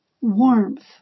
warmth